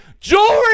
jewelry